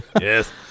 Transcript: Yes